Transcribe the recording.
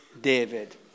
David